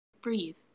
breathe